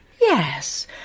yes